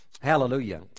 Hallelujah